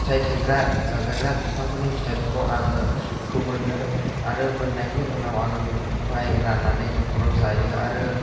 फिथाइ थायग्रा जाजाग्रा बिफांफोरनि फिथाइफोरखौ आङो फोमोननो आरो मोननायनि उनाव आङो बेफोरखौहाय राननानै न'खराव जायो आरो